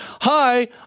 hi